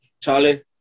Charlie